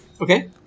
Okay